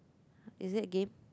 is it game